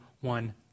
one